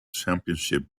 championship